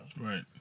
Right